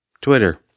Twitter